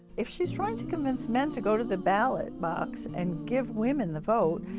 if she's trying to convince men to go to the ballot box and give women the vote,